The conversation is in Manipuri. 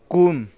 ꯀꯨꯟ